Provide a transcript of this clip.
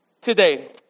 today